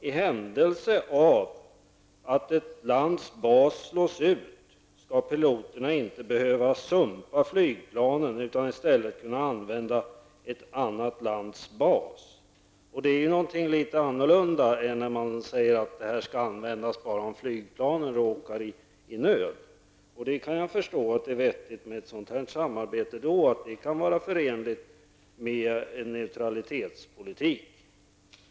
I händelse att ett lands bas slås ut ska piloterna inte behöva sumpa flygplanen utan istället kunna använda ett annat lands bas.'' Det är någonting annat än att den här möjligheten skall användas bara om flygplanen råkar i nöd. Jag kan förstå att det då är vettigt med ett sådant här samarbete och att det kan vara förenligt med en neutralitetspolitik.